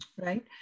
right